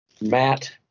Matt